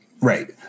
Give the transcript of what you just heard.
right